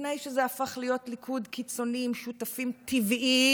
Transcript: לפני שזה הפך להיות ליכוד קיצוני עם שותפים טבעיים,